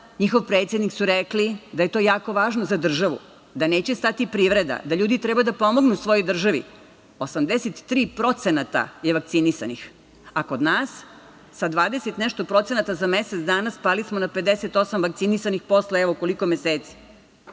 njihov predsednik su rekli da je to jako važno za državu, da neće stati privreda, da ljudi treba da pomognu svojoj državi, 83% je vakcinisanih, a kod nas sa 20% i nešto procenata za mesec dana spali smo na 58 vakcinisani posle, evo, koliko meseci.